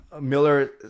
Miller